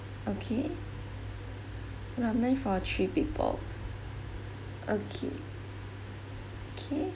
okay ramen for three people okay K